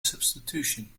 substitution